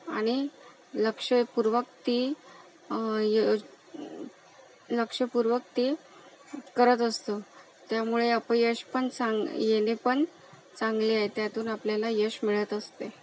आणि लक्षपूर्वक ती लक्षपूर्वक ती करत असतो त्यामुळे अपयश पण चांग येणे पण चांगले आहे त्यातून आपल्याला यश मिळत असते